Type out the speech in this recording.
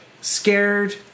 scared